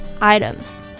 Items